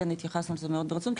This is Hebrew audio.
כי התייחסנו לזה מאוד ברצינות,